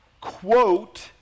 quote